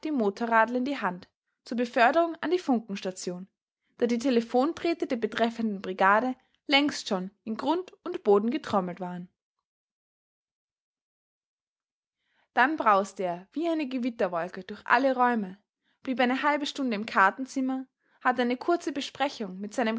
motorradler in die hand zur beförderung an die funkenstation da die telephondrähte der betreffenden brigade längst schon in grund und boden getrommelt waren dann brauste er wie eine gewitterwolke durch alle räume blieb eine halbe stunde im kartenzimmer hatte eine kurze besprechung mit seinem